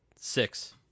Six